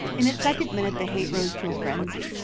in its second minute the hate rose to a frenzy.